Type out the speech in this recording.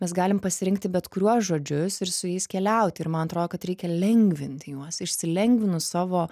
mes galim pasirinkti bet kuriuos žodžius ir su jais keliauti ir man atrodo kad reikia lengvinti juos išsilengvinus savo